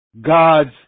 God's